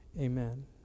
amen